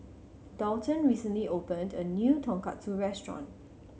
Daulton recently opened a new Tonkatsu Restaurant